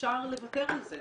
אפשר לוותר על זה.